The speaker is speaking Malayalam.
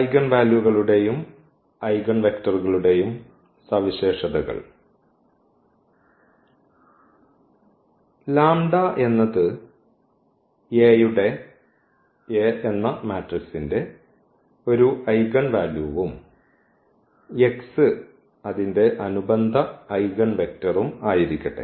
ഐഗൻ വാല്യൂകളുടെയും ഐഗൻവെക്ടറുകളുടെയും സവിശേഷതകൾ എന്നത് A യുടെ ഒരു ഐഗൻവാല്യൂവും x അതിന്റെ അനുബന്ധ ഐഗൻവെക്റ്റർഉം ആയിരിക്കട്ടെ